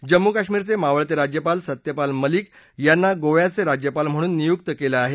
जम्मू काश्मीरचे मावळते राज्यपाल सत्यपाल मलिक यांना गोव्याचे राज्यपाल म्हणून नियुक्त करण्यात आलं आहे